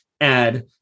add